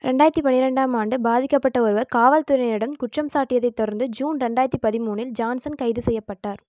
ரெண்டாயிரத்து பன்னிரெண்டாம் ஆம் ஆண்டு பாதிக்கப்பட்ட ஒருவர் காவல் துறையினரிடம் குற்றம் சாட்டியதைத் தொடர்ந்து ஜூன் ரெண்டாயிரத்து பதிமூணு ல் ஜான்சன் கைது செய்யப்பட்டார்